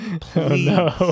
Please